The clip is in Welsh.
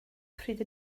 pryd